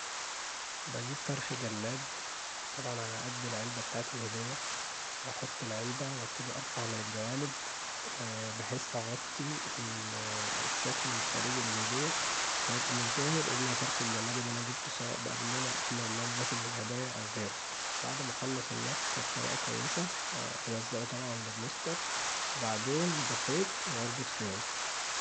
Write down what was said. بجيب فرخ جلاد، طبعا علي قد العلبة بتاعة الهدية واحط العلبه وابتدي ارفع من الجوانب بحيث اغطي الشكل الخارجي للهدية فيبقي مش ظاهر غير فرخ الجلاد اللي انا جيبته سواء بقي باللون الأحمر اللي هو مناسب للهدايا او غيره، بعد ما أخلص اللف بطريقه كويسه، ألزقه طبعا ببلاستر وبعدين بخيط واربط فيونكه.